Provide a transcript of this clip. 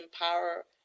empower